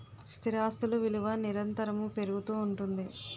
స్థిరాస్తులు విలువ నిరంతరము పెరుగుతూ ఉంటుంది